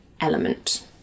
element